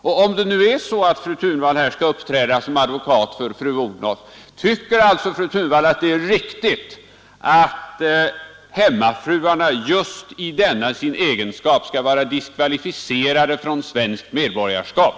Och om nu fru Thunvall här skall uppträda som advokat för fru Odhnoff, tycker fru Thunvall alltså att det är riktigt att hemmafruarna just i denna sin egenskap skall vara diskvalificerade för svenskt medborgarskap?